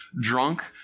drunk